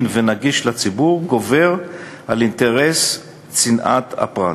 ונגיש לציבור גובר על אינטרס צנעת הפרט.